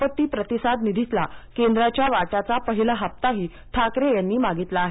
आपत्ती प्रतिसाद निधीतला केंद्राच्या वाट्याचा पहिला हप्ताही ठाकरे यांनी मागितला आहे